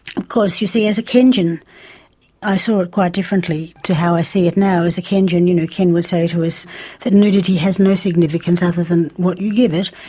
of course, you see, as a kenjan i saw it quite differently to how i see it now. as a kenjan, you know, ken would say to us that nudity has no significance other than what you give it,